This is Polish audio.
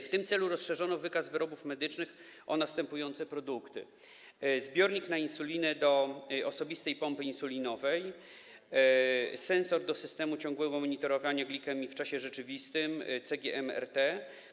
W tym celu rozszerzono wykaz wyrobów medycznych o następujące produkty: zbiornik na insulinę do osobistej pompy insulinowej, sensor do systemu ciągłego monitorowania glikemii w czasie rzeczywistym, CGM-RT.